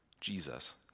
Jesus